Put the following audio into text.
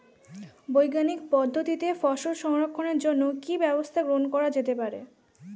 বৈজ্ঞানিক পদ্ধতিতে ফসল সংরক্ষণের জন্য কি ব্যবস্থা গ্রহণ করা যেতে পারে?